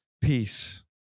peace